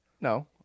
No